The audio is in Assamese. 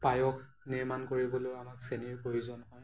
পায়স নিৰ্মাণ কৰিবলৈয়ো আমাক চেনিৰ প্ৰয়োজন হয়